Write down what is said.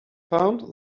found